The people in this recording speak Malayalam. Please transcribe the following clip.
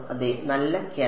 അതെ നല്ല ക്യാച്ച്